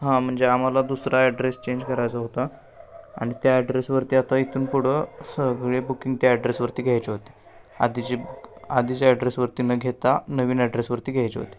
हां म्हणजे आम्हाला दुसरा ॲड्रेस चेंज करायचा होता आणि त्या ॲड्रेसवरती आता इथून पुढं सगळे बुकिंग त्या ॲड्रेसवरती घ्यायचे होती आधीची आधीच्या ॲड्रेसवरती न घेता नवीन ॲड्रेसवरती घ्यायची होती